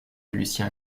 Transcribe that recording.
lucien